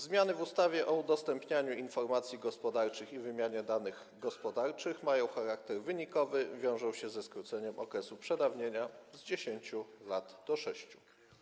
Zmiany w ustawie o udostępnianiu informacji gospodarczych i wymianie danych gospodarczych mają charakter wynikowy, wiążą się ze skróceniem okresu przedawnienia - z 10 lat do 6.